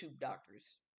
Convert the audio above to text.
doctors